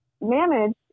managed